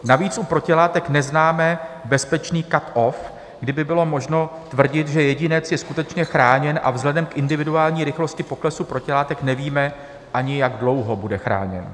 Navíc u protilátek neznáme bezpečný cutoff, kdy by bylo možno tvrdit, že jedinec je skutečně chráněn, a vzhledem k individuální rychlosti poklesu protilátek nevíme ani, jak dlouho bude chráněn.